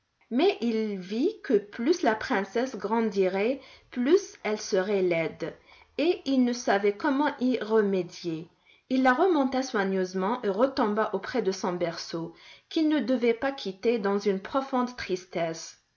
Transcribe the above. mais il vit que plus la princesse grandirait plus elle serait laide et il ne savait comment y remédier il la remonta soigneusement et retomba auprès de son berceau qu'il ne devait pas quitter dans une profonde tristesse